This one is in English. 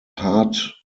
hard